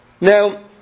Now